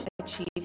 achieve